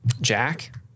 Jack